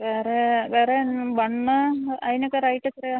വേറെ വേറെ ഏതെങ്കിലും ബൺ ഇത് അതിനൊക്കെ റേറ്റ് എത്രയാണ്